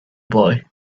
boy